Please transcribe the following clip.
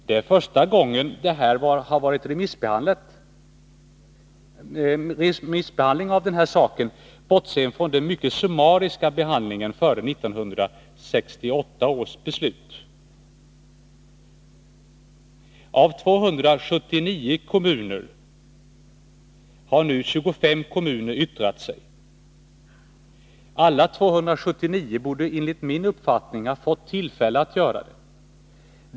Det är första gången som den här frågan har remissbehandlats, bortsett från den mycket summariska behandlingen före 1968 års beslut. Av 279 kommuner har nu 25 kommuner yttrat sig. Alla 279 borde enligt min uppfattning har fått tillfälle att göra det.